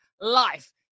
life